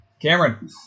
Cameron